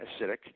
acidic